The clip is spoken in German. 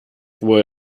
wohl